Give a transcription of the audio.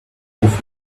goofy